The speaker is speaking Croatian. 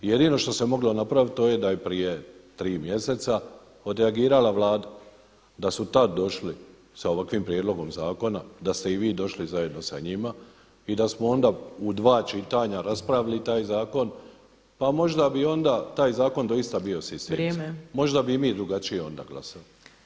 Jedino što se moglo napravit to je da je prije tri mjeseca odreagirala Vlada, da su tad došli sa ovakvim prijedlogom zakona, da ste i vi došli zajedno sa njima i da smo onda u dva čitanja raspravili taj zakon, pa možda bi onda taj zakon doista bio sistemski [[Upadica Opačić: Vrijeme.]] Možda bi i mi drugačije onda glasali.